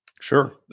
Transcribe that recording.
Sure